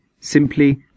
simply